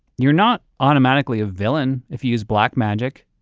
you're not automatically a villain if you use black magic,